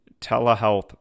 telehealth